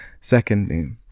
secondly